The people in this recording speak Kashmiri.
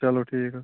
چلو ٹھیٖک حظ